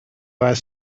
was